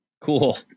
Cool